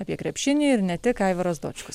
apie krepšinį ir ne tik aivaras dočkus